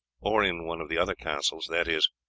or in one of the other castles that is,